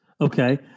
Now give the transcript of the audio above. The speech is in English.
Okay